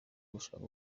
gushaka